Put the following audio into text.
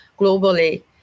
globally